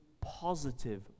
positive